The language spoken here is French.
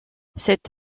cette